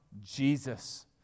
Jesus